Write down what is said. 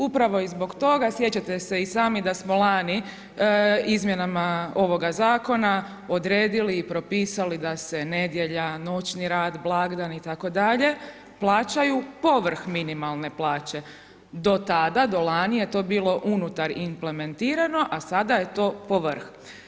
Upravo i zbog toga, sjećate se i sami da smo lani izmjenama ovoga zakona odredili i propisali da se nedjelja, noćni rad, blagdani itd. plaćaju povrh minimalne plaće do tada, do lani, a to je bilo unutar implementirano, a sada je to povrh.